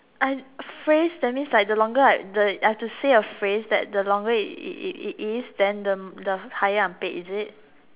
I phrase that means like the longer I the I have to say a phrase that the longer it it it is then the the higher I'm paid is it